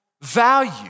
value